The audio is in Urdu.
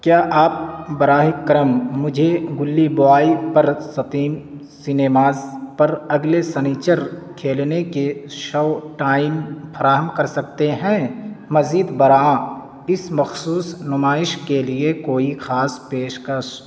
کیا آپ براہ کرم مجھے گلّی بوائے پر ستیم سنیماز پر اگلے سنیچر کھیلنے کے شو ٹائم فراہم کر سکتے ہیں مزید برآں اس مخصوص نمائش کے لیے کوئی خاص پیشکش